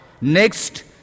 Next